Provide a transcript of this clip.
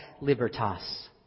Libertas